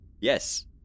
yes